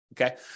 Okay